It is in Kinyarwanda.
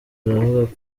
aravuga